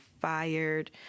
fired